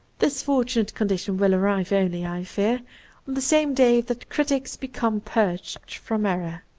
this fortunate condition will arrive only, i fear, on the same day that critics become purged from error.